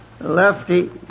Lefty